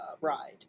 ride